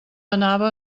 anava